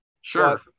Sure